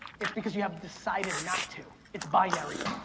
it's because you have decided not to. it's binary.